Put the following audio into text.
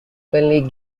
openly